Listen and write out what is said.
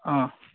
অঁ